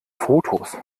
fotos